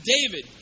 David